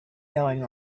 going